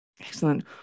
Excellent